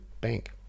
bank